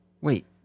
Wait